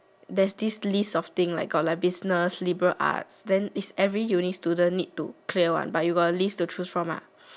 there's this list of things like got like business liberal art then is every uni student need to clear one but you got a list to choose from ah